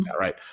right